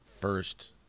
first